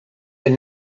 been